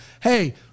hey